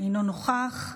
אינו נוכח.